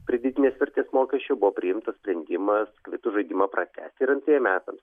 pridėtinės vertės mokesčio buvo priimtas sprendimas kvitų žaidimą pratęsti ir antriem metams